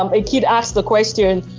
um a kid asked the question,